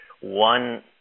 one